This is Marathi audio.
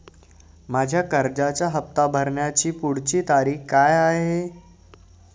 माझ्या कर्जाचा हफ्ता भरण्याची पुढची तारीख काय आहे?